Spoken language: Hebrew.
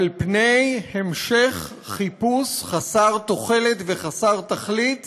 על המשך חיפוש חסר תוחלת וחסר תכלית